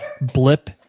blip